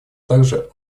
также